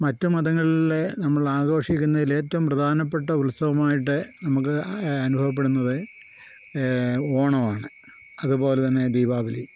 മറ്റു മതങ്ങളിലെ നമ്മൾ ആഘോഷിക്കുന്നതിലേറ്റവും പ്രധാനപ്പെട്ട ഉത്സവമായിട്ട് നമുക്ക് അനുഭവപ്പെടുന്നത് ഓണമാണ് അതുപോലെ തന്നെ ദീപാവലി